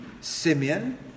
Simeon